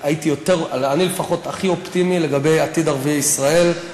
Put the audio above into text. אני לפחות הכי אופטימי לגבי עתיד ערביי ישראל,